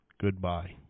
goodbye